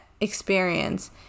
experience